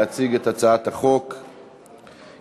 להצעת חוק פ/2228/19,